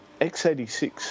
x86